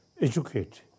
educate